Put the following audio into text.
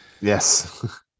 Yes